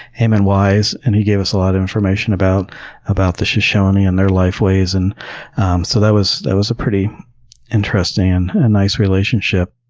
hayman wise, and he gave us a lot of information about about the shoshone and their lifeways. and so that was that was a pretty interesting and nice relationship.